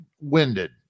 winded